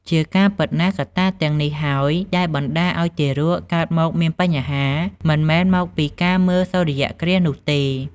ជាការពិតណាស់ កត្តាទាំងនេះហើយដែលបណ្តាលឲ្យទារកកើតមកមានបញ្ហា មិនមែនមកពីការមើលសូរ្យគ្រាសនោះទេ ។